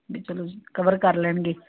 ਵੀ ਚਲੋ ਜੀ ਕਵਰ ਕਰ ਲੈਣਗੇ